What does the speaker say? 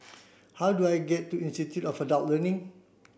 how do I get to Institute of Adult Learning